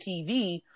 TV